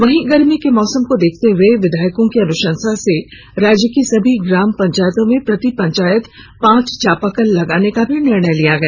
वहीं गर्मी के मौसम को देखते हुए विधायकों की अनुशंसा से राज्य के सभी ग्राम पंचायतों में प्रति पंचायत पांच चापाकल लगाने का भी निर्णय लिया गया